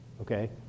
okay